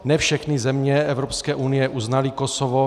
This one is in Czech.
Ne všechny země Evropské unie uznaly Kosovo.